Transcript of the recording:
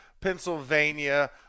Pennsylvania